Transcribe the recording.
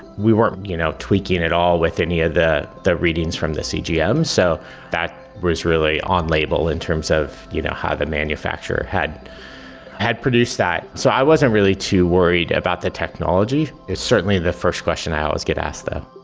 we weren't you know tweaking at all with any ah of the readings from the cgm, so that was really on-label in terms of you know how the manufacturer had had produced that. so i wasn't really too worried about the technology. it's certainly the first question i always get asked though.